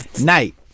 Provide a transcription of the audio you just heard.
Night